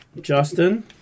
Justin